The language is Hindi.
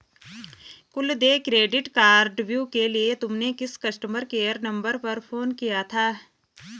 कुल देय क्रेडिट कार्डव्यू के लिए तुमने किस कस्टमर केयर नंबर पर फोन किया था?